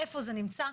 איפה זה נמצא,